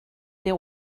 des